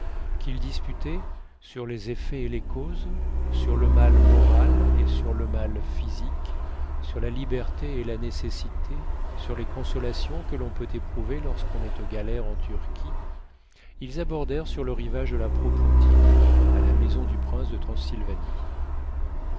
qu'ils disputaient sur les effets et les causes sur le mal moral et sur le mal physique sur la liberté et la nécessité sur les consolations que l'on peut éprouver lorsqu'on est aux galères en turquie ils abordèrent sur le rivage de la propontide à la maison du prince de transylvanie